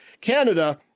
Canada